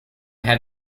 had